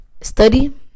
Study